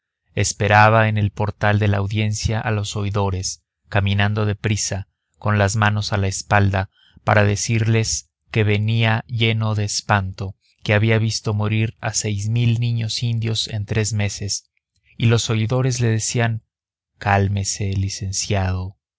esperaba en el portal de la audiencia a los oidores caminando de prisa con las manos a la espalda para decirles que venía lleno de espanto que había visto morir a seis mil niños indios en tres meses y los oidores le decían cálmese licenciado